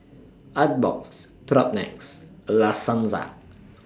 Artbox Propnex La Senza